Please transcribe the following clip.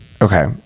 Okay